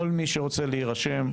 כל מי שרוצה להירשם,